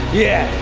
yeah.